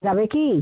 যাবে কি